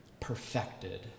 perfected